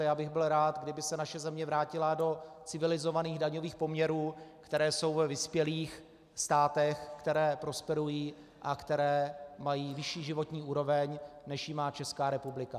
A já bych byl rád, kdyby se naše země vrátila do civilizovaných daňových poměrů, které jsou ve vyspělých státech, které prosperují a které mají vyšší životní úroveň, než ji má Česká republika.